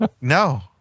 no